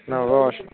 না বাবা অসু